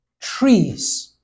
trees